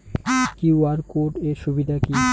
QR code এর সুবিধা কি?